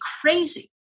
crazy